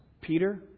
Peter